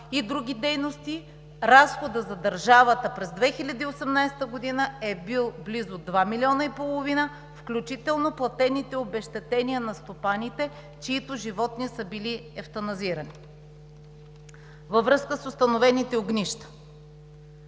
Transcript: и други дейности. Разходът за държавата през 2018 г. е бил близо два милиона и половина, включително платените обезщетения на стопаните, чиито животни са били ефтаназирани във връзка с установените огнища.